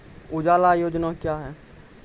उजाला योजना क्या हैं?